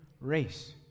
race